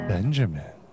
Benjamin